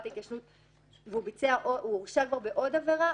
ההתיישנות והוא כבר הורשע בעוד עבירה,